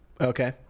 Okay